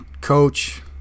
coach